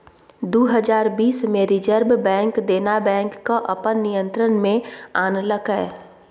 दु हजार बीस मे रिजर्ब बैंक देना बैंक केँ अपन नियंत्रण मे आनलकै